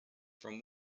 from